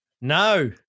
No